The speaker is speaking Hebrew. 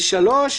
ו-(3):